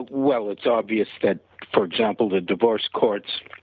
well, it's obvious that for example the divorced courts